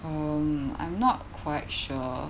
um I'm not quite sure